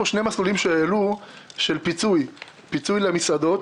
הועלו פה שני מסלולים של פיצוי: פיצוי למסעדות,